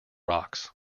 rocks